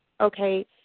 okay